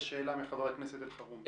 יש שאלה מחבר הכנסת אלחרומי.